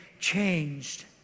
changed